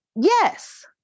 Yes